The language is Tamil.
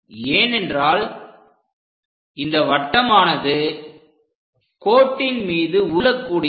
ஏனென்றால் இந்த வட்டமானது கோட்டின் மீது உருளக்கூடியது